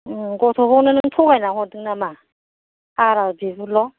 गथ'खौनो नों थगायना हरदों नामा हारा बिगुरल'